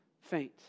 faint